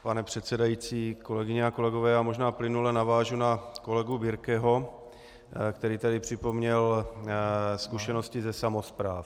Pane předsedající, kolegyně a kolegové já možná plynule navážu na kolegu Birkeho, který tady připomněl zkušenosti ze samospráv.